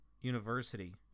University